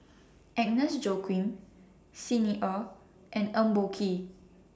Agnes Joaquim Xi Ni Er and Eng Boh Kee